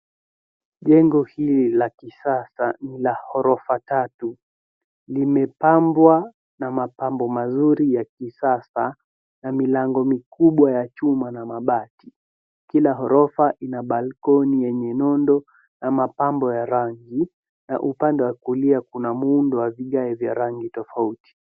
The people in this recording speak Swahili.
Jengo hili la kisasa ni la ghorofa tatu, limepambwa na mapambo mazuri ya kisasa na milango mikubwa ya chuma na mabati. Kila ghorofa ina balkoni yenye nundo ama pambo ya rangi na upande wa kulia kuna muundo wa vigae vya rangi tofauti.